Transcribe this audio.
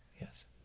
Yes